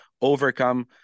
overcome